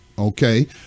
Okay